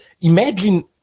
imagine